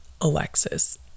Alexis